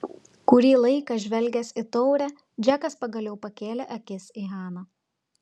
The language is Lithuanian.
kurį laiką žvelgęs į taurę džekas pagaliau pakėlė akis į haną